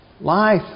life